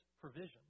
provision